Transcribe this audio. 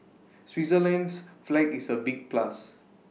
Switzerland's flag is A big plus